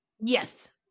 Yes